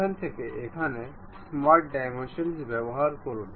এখান থেকে এখানে স্মার্ট ডাইমেনশন ব্যবহার করুন